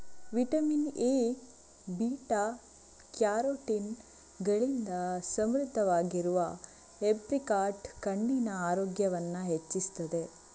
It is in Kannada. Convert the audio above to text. ವಿಟಮಿನ್ ಎ, ಬೀಟಾ ಕ್ಯಾರೋಟಿನ್ ಗಳಿಂದ ಸಮೃದ್ಧವಾಗಿರುವ ಏಪ್ರಿಕಾಟ್ ಕಣ್ಣಿನ ಆರೋಗ್ಯವನ್ನ ಹೆಚ್ಚಿಸ್ತದೆ